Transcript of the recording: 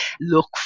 look